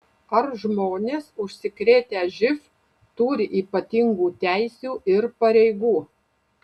ar žmonės užsikrėtę živ turi ypatingų teisių ir pareigų